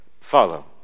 follow